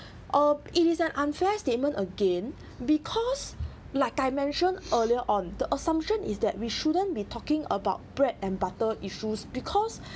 uh it is an unfair statement again because like I mentioned earlier on the assumption is that we shouldn't be talking about bread and butter issues because